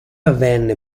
avvenne